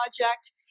project